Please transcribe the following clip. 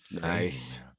Nice